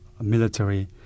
military